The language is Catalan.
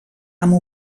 amb